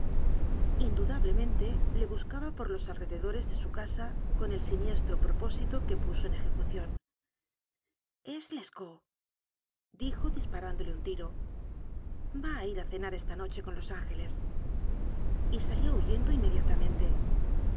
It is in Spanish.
indudablemente le buscaba por los alrededores de su casa con el siniestro propósito que puso en eje cución es lescautdijo disparándole un tiro va a ir a cenar esta noche con los ángeles y sa lió huyendo inmediatamente